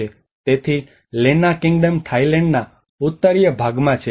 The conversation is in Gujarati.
તેથી લેન્ના કિંગડમ થાઇલેન્ડના ઉત્તરીય ભાગમાં છે